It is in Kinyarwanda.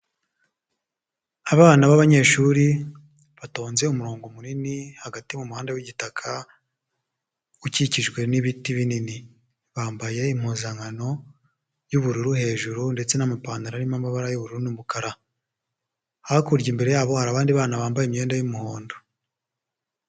Abana b'abanyeshuri batonze umurongo munini hagati mumuhanda wigitaka ukikijwe n'ibiti binini, bambaye impuzankano y'ubururu hejuru ndetse n'amapantaro arimo amabara y'ubururu n'umukara, hakurya imbere yabo hari abandi bana bambaye imyenda y'umuhondo.